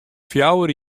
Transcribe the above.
fjouwer